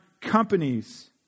companies